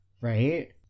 Right